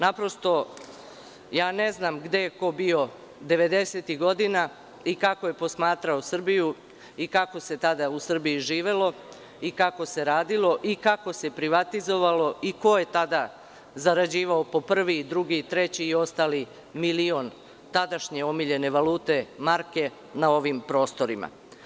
Naprosto, ne znam gde je ko bio 90-ih godina i kako je posmatrao Srbiju i kako se tada u Srbiji živelo i kako se radilo i kako se privatizovalo i ko je tada zarađivao po prvi, drugi, treći i ostali milion tadašnje omiljene valute, marke, na ovim prostorima.